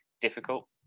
difficult